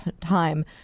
time